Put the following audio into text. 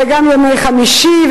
וגם ימי חמישי,